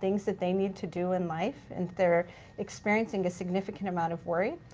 things that they need to do in life, and they're experiencing a significant amount of worry,